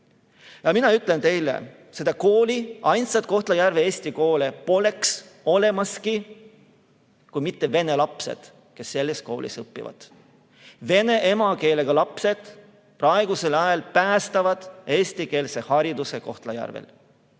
mina ütlen teile: seda kooli, ainsat Kohtla-Järve eesti kooli, poleks olemaski, kui poleks vene lapsi, kes selles koolis õpivad. Vene emakeelega lapsed praegusel ajal päästavad eestikeelse hariduse Kohtla-Järvel.